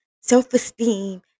self-esteem